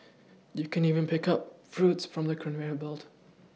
you can even pick up fruits from the conveyor belt